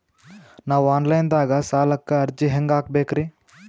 ನಾವು online ದಾಗ ಸಾಲಕ್ಕ ಅರ್ಜಿ ಹೆಂಗ ಹಾಕಬೇಕ್ರಿ?